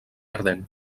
ardent